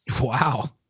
Wow